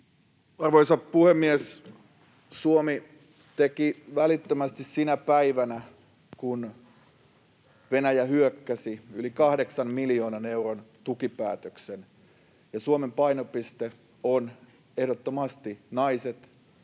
Arvoisa puhemies! Suomi teki välittömästi sinä päivänä, kun Venäjä hyökkäsi, yli kahdeksan miljoonan euron tukipäätöksen, ja Suomen painopiste on ehdottomasti naiset,